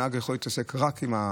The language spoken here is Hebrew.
הנהג יכול להתעסק רק בנסיעות.